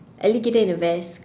alligator in a vest